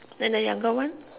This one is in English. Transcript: then the younger one